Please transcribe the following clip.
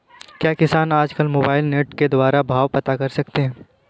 क्या किसान आज कल मोबाइल नेट के द्वारा भाव पता कर सकते हैं?